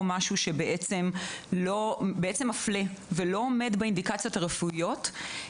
משהו שבעצם מפלה ולא עומד באינדיקציות הרפואיות.